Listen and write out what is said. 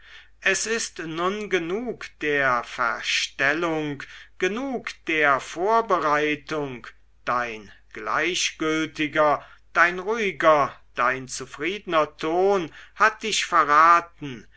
es ist nun genug der verstellung genug der vorbereitung dein gleichgültiger dein ruhiger dein zufriedener ton hat dich verraten